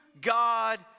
God